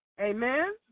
Amen